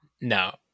No